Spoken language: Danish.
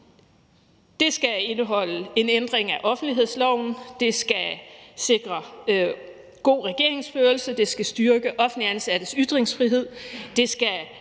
Det skal indeholde en ændring af offentlighedsloven, det skal sikre god regeringsførelse, det skal styrke offentligt ansattes ytringsfrihed, og det skal